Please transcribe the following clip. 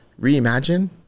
reimagine